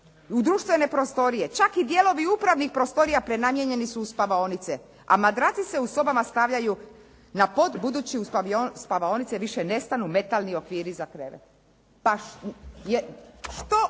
u društvene prostorije. Čak i dijelovi upravnih prostorija prenamijenjeni su u spavaonice a madraci se u sobama stavljaju na pod budući u spavaonice više ne stanu metalni okviri za krevet. Da li